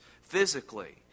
physically